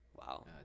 Wow